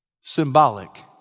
Symbolic